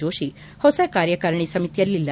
ಜೋಷಿ ಹೊಸ ಕಾರ್ಯಕಾರಿಣಿ ಸಮಿತಿಯಲ್ಲಿಲ್ಲ